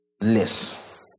less